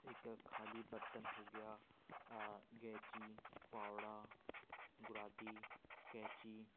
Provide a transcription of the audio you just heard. एक ख़ाली बर्तन हो गया फावड़ा कैंची